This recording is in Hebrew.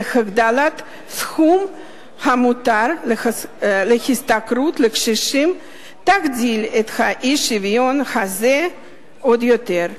והגדלת הסכום המותר להשתכרות קשישים תגדיל את האי-שוויון הזה עוד יותר.